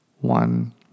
one